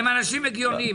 הם אנשים הגיוניים.